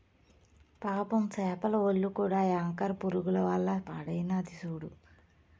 పాపం సేపల ఒల్లు కూడా యాంకర్ పురుగుల వల్ల పాడైనాది సూడు